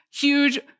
huge